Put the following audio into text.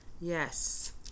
Yes